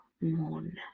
moon